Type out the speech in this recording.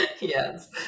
Yes